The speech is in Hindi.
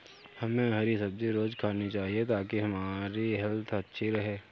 हमे हरी सब्जी रोज़ खानी चाहिए ताकि हमारी हेल्थ अच्छी रहे